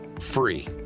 free